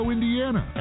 Indiana